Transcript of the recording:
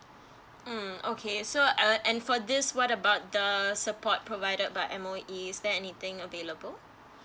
mm okay so uh and for this what about the support provided by M_O_E is there anything available